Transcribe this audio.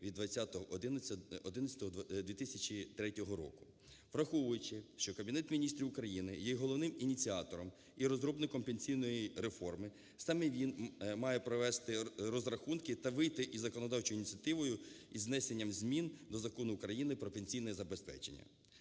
Враховуючи, що Кабінет Міністрів України є головним ініціатором і розробником пенсійної реформи, саме він має провести розрахунки та вийти із законодавчою ініціативою, із внесенням змін до Закону України "Про пенсійне забезпечення".